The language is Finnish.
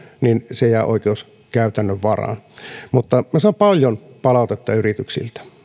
se jää oikeuskäytännön varaan minä saan paljon palautetta yrityksiltä